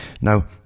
Now